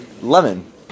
Lemon